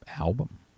album